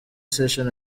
sessions